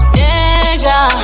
danger